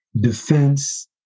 defense